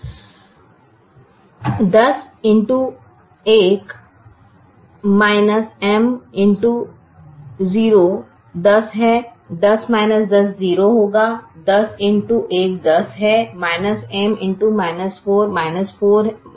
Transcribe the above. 10 x 1 M x 0 10 है 10 10 0 होगा 10 x 1 10 है M x 4 4M है